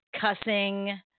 cussing